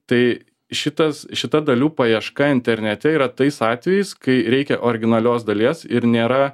tai šitas šita dalių paieška internete yra tais atvejais kai reikia originalios dalies ir nėra